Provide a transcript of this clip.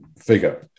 figure